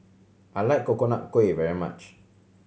I like Coconut Kuih very much